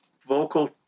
vocal